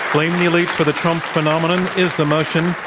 blame the elites for the trump phenomenon is the motion.